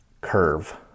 curve